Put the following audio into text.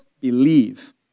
believe